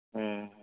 ହୁଁ ହୁଁ